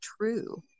true